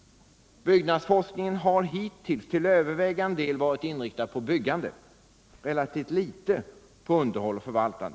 Byggnadsforskningen har hittills till övervägande delen varit inriktad på byggande, relativt litet på underhåll och förvaltning.